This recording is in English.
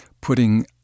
putting